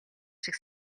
шиг